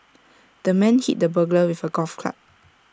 the man hit the burglar with A golf club